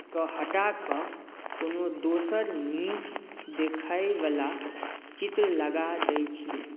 कऽ हटा कऽ कोनो दोसर नीक देखयवला चित्र लगा दैत छै